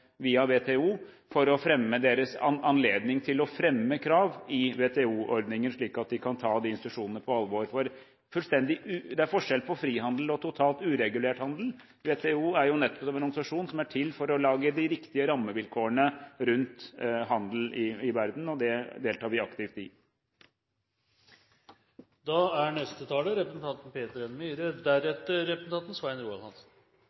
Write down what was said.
via WTO for å gi dem anledning til å fremme krav i WTO-ordninger, slik at de kan ta de institusjonene på alvor. Det er forskjell på frihandel og totalt uregulert handel. WTO er jo nettopp en organisasjon som er til for å lage de riktige rammevilkårene rundt handel i verden, og det deltar vi aktivt i. Jeg er